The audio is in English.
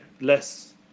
less